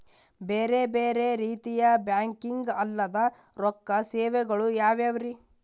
ಬೇರೆ ಬೇರೆ ರೀತಿಯ ಬ್ಯಾಂಕಿಂಗ್ ಅಲ್ಲದ ರೊಕ್ಕ ಸೇವೆಗಳು ಯಾವ್ಯಾವ್ರಿ?